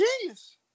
genius